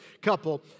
couple